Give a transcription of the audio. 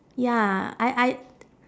ya I I